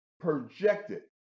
projected